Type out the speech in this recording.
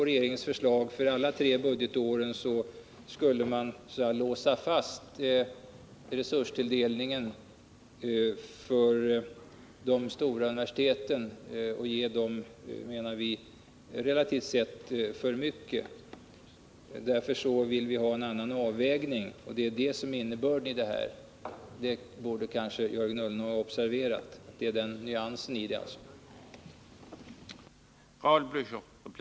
Regeringens förslag för de tre budgetåren låser enligt vår mening fast resurstilldelningen för de stora universiteten och ger dem för mycket relativt sett. Vi vill få till stånd en annan avvägning i fråga om fördelningen av medel. Det är innebörden i vårt förslag. Denna nyansskillnad borde måhända Jörgen Ullenhag ha observerat.